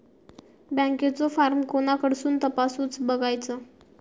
बँकेचो फार्म कोणाकडसून तपासूच बगायचा?